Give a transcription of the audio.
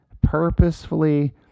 purposefully